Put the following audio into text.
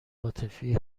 عاطفی